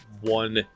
one